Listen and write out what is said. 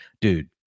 Dude